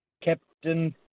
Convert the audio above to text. Captain